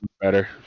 better